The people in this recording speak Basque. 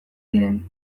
diren